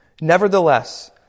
Nevertheless